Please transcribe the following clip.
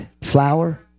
flour